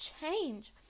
change